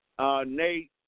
Nate